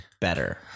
better